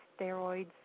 steroids